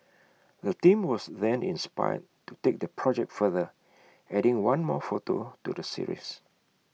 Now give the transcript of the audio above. the team was then inspired to take their project further adding one more photo to the series